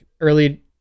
early